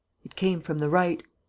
it came from the right.